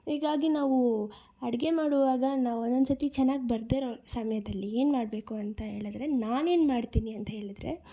ಹೀಗಾಗಿ ನಾವು ಅಡುಗೆ ಮಾಡುವಾಗ ನಾವು ಒಂದೊಂದು ಸತಿ ಚೆನ್ನಾಗಿ ಬರದೇ ಇರೋ ಸಮಯದಲ್ಲಿ ಏನು ಮಾಡಬೇಕು ಅಂತ ಹೇಳಿದ್ರೆ ನಾನೇನು ಮಾಡ್ತೀನಿ ಅಂತಹೇಳಿದ್ರೆ